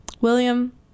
William